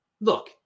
look